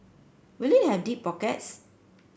will it have deep pockets